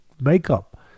makeup